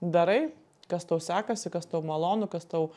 darai kas tau sekasi kas tau malonu kas tau